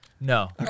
No